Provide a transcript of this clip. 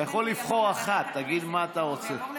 אתה יכול לבחור אחת, תגיד מה אתה רוצה.